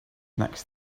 next